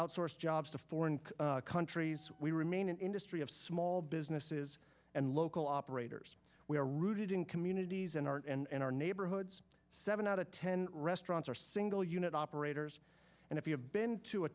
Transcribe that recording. outsource jobs to foreign countries we remain an industry of small businesses and local operators we are rooted in communities and our and our neighborhoods seven out of ten restaurants are single unit operators and if you have been to a